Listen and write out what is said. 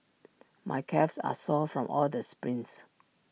my calves are sore from all the sprints